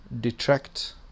detract